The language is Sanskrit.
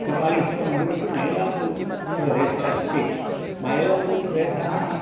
कपालीश्वरमन्दिरन्तु मैलापुरप्रदेशे अस्ति मैलापुरप्रदेशः